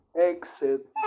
Exit